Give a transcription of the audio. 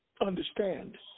understand